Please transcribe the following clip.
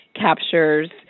captures